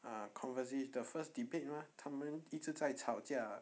ah conversat~ the first debate mah 他们一直在吵架